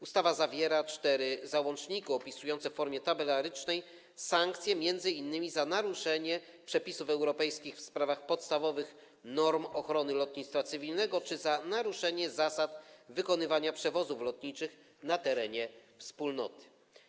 Ustawa zawiera cztery załączniki opisujące w formie tabelarycznej sankcje m.in. za naruszenie przepisów europejskich w sprawach podstawowych norm ochrony lotnictwa cywilnego czy za naruszenie zasad wykonywania przewozów lotniczych na terenie Wspólnoty.